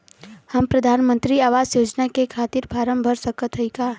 हम प्रधान मंत्री आवास योजना के खातिर फारम भर सकत हयी का?